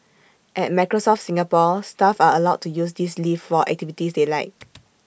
at Microsoft Singapore staff are allowed to use this leave for activities they like